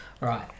Right